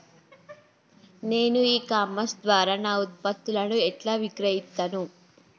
నేను e commerce ద్వారా నా ఉత్పత్తులను ఎట్లా విక్రయిత్తను?